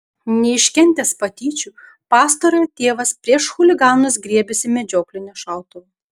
neiškentęs patyčių pastarojo tėvas prieš chuliganus griebėsi medžioklinio šautuvo